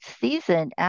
season